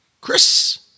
Chris